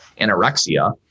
anorexia